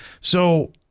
So-